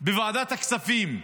בוועדת הכספים: